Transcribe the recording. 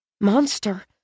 Monster